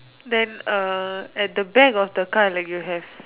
then uh at the back of the car like you have